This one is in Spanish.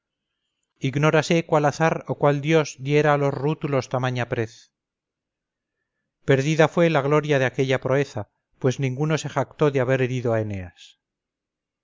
ignórase cuál azar o cuál dios diera a los rútulos tamaña prez perdida fue la gloria de aquella proeza pues ninguno se jactó de haber herido a eneas